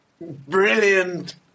brilliant